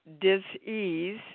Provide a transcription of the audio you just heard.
dis-ease